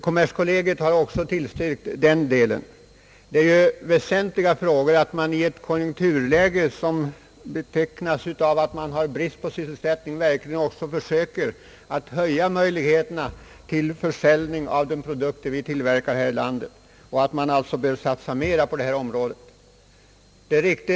Kommerskollegium har också tillstyrkt förslaget i den delen. Det är ju väsentligt att man i ett konjunkturläge som betecknas av att det råder brist på sysselsättning verkligen söker öka möjligheterna till försäljning av de produkter, som tillverkas här i landet, och att man alltså satsar mera på den verksamhet som småindustrins exportråd bedriver.